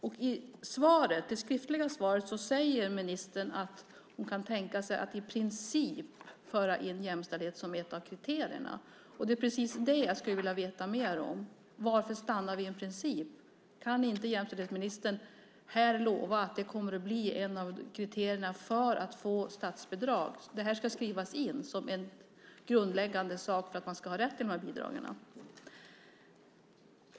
Ministern sade i sitt svar att hon kan tänka sig att i princip föra in jämställdhet som ett av kriterierna. Det är precis det jag skulle vilja veta mer om. Varför stannar det vid en princip? Kan inte jämställdhetsministern här lova att det kommer att bli ett av kriterierna för att få statsbidrag, att det ska skrivas in som en grundläggande sak för att ha rätt till bidragen?